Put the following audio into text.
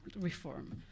reform